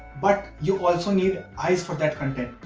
but you also need eyes for that content.